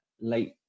late